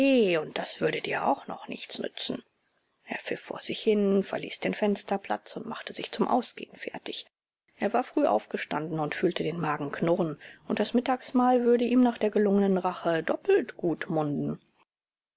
und das würde dir auch noch nichts nützen er pfiff vor sich hin verließ den fensterplatz und machte sich zum ausgehen fertig er war früh aufgestanden und fühlte den magen knurren und das mittagsmahl würde ihm nach der gelungenen rache doppelt gut munden